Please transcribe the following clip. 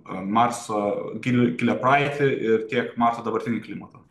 marso gil gilią praeitį ir tiek marso dabartinį klimatą